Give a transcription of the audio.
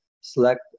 select